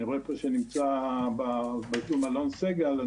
אני רואה פה שנמצא בזום אלון סגל.